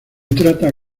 trata